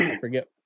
forget